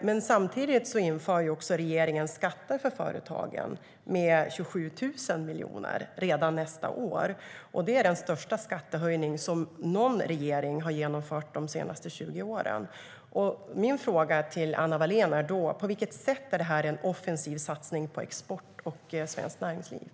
Men samtidigt inför regeringen skatter för företagen med 27 000 miljoner redan nästa år, vilket är den största skattehöjning som någon regering har genomfört de senaste 20 åren. Min fråga till Anna Wallén är då: På vilket sätt är det här en offensiv satsning på export och svenskt näringsliv?